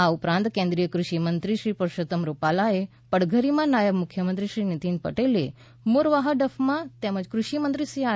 આ ઉપરાંત કેન્દ્રીય કૃષિ મંત્રીશ્રી પુરશોત્તમ રૂપાલાએ પડધરીમાં નાયબ મુખ્યમંત્રીશ્રી નીતિન પટેલે મોરવાહડફમાં તેમજ કૃષિમંત્રીશ્રી આર